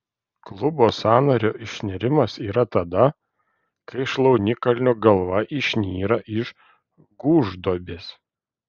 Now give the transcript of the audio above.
klubo sąnario išnirimas yra tada kai šlaunikaulio galva išnyra iš gūžduobės